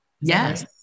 Yes